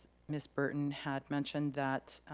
miss burton had mentioned that,